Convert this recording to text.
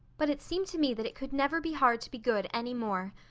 but it seemed to me that it could never be hard to be good any more.